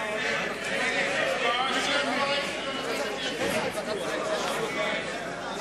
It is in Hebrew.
הודעת ועדת הפנים והגנת הסביבה על רצונה להחיל דין